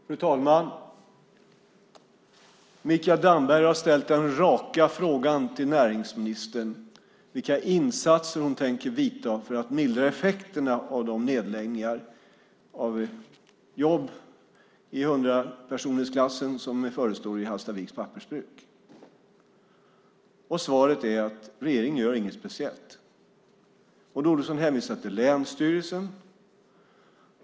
Fru talman! Mikael Damberg har ställt den raka frågan till näringsministern vilka initiativ hon tänker ta för att mildra effekterna av de nedläggningar av jobb i hundrapersonsklassen som nu förestår i Hallstaviks pappersbruk. Svaret är: Regeringen gör inget speciellt. Maud Olofsson hänvisar till länsstyrelsen.